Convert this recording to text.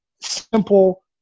simple